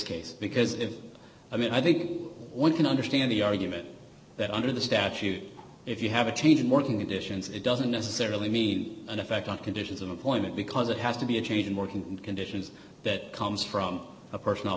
case because if i mean i think one can understand the argument that under the statute if you have a change in morning edition's it doesn't necessarily mean an effect on conditions of employment because it has to be a change in working conditions that comes from a personal